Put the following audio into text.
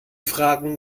fragen